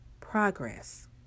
progress